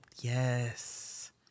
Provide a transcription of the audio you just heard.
yes